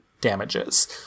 damages